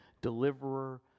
deliverer